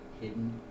hidden